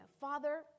Father